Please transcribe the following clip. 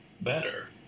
better